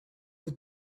what